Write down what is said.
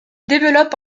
développe